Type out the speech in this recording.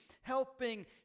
helping